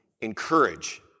encourage